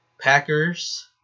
Packers